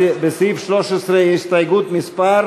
בסעיף 13, הסתייגות מספר?